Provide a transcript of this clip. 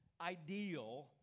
Ideal